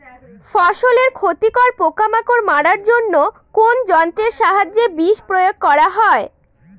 ফসলের ক্ষতিকর পোকামাকড় মারার জন্য কোন যন্ত্রের সাহায্যে বিষ প্রয়োগ করা হয়?